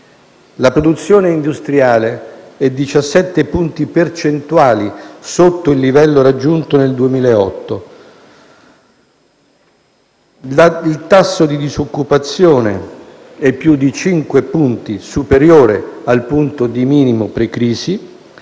La produzione industriale è 17 punti percentuali sotto il livello raggiunto nel 2008; il tasso di disoccupazione è più di 5 punti superiore al punto di minimo precrisi;